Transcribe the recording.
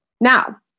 Now